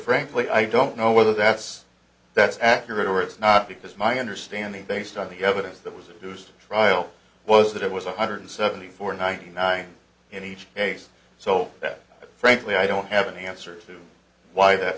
frankly i don't know whether that's that's accurate or it's not because my understanding based on the evidence that was a deuced trial was that it was one hundred seventy four ninety nine in each case so that frankly i don't have an answer as to why that